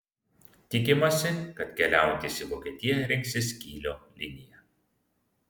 tikimasi kad keliaujantys į vokietiją rinksis kylio liniją